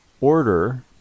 order